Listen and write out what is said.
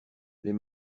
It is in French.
des